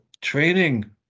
training